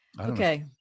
Okay